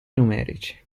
numerici